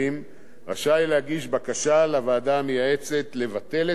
רשאי להגיש בקשה לוועדה המייעצת לבטל את ההכרזה,